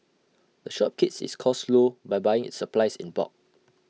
the shop keeps its costs low by buying its supplies in bulk